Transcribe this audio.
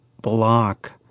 block